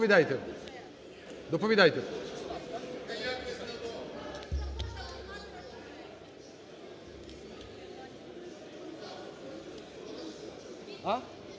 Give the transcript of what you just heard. Доповідайте.